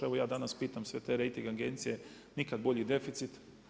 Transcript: Evo ja danas pitam sve te rejting agencije, nikad bolji deficit.